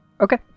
okay